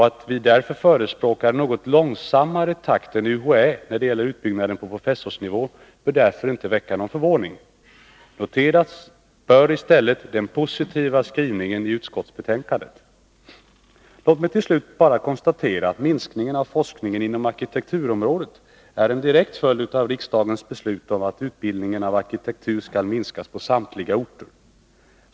Att vi förespråkar en något långsammare takt än UHÄ när det gäller utbyggnaden på professorsnivå bör därför inte väcka någon förvåning. Noteras bör i stället den positiva Låt mig till slut bara konstatera att minskningen av forskningen inom arkitekturområdet är en direkt följd av riksdagens beslut om att utbildningen av arkitekter skall minskas på samtliga orter.